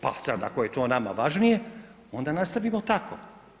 Pa sad, ako je to nama važnije, onda nastavimo tako.